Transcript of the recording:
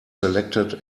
selected